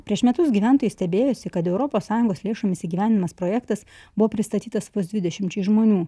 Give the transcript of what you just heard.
prieš metus gyventojai stebėjosi kad europos sąjungos lėšomis įgyvendinamas projektas buvo pristatytas vos dvidešimčiai žmonių